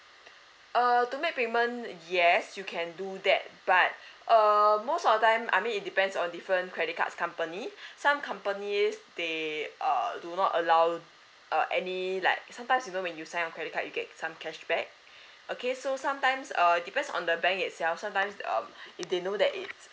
err to make payment yes you can do that but err most of time I mean it depends on different credit cards company some companies they err do not allow uh any like sometimes you know when you sign up credit card you get some cashback okay so sometimes err depends on the bank itself sometimes um if they know that it's